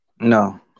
No